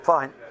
Fine